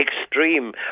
extreme